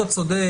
אתה צודק,